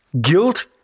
guilt